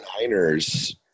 Niners